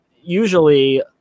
usually